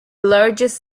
largest